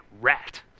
rat